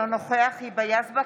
אינו נוכח היבה יזבק,